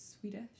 Swedish